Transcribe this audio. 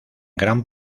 gran